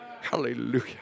Hallelujah